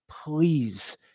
Please